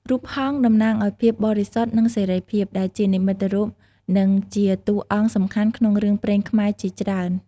រូបហង្សតំណាងឱ្យភាពបរិសុទ្ធនិងសេរីភាព ដែលជានិមិត្តរូបនិងជាតួអង្គសំខាន់ក្នុងរឿងព្រេងខ្មែរជាច្រើន។